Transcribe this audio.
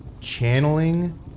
channeling